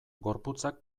gorputzak